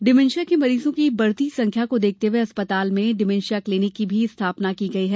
dementia के मरीजों की बढ़ती संख्या को देखते हुए अस्पताल में डिमेंशिया क्लीनिक की भी स्थापना की गई है